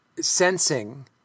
sensing